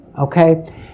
Okay